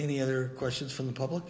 any other questions from the public